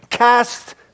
Cast